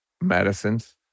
medicines